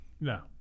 No